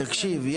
תקשיב.